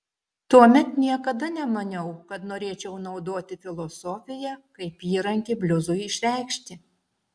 tuomet niekada nemaniau kad norėčiau naudoti filosofiją kaip įrankį bliuzui išreikšti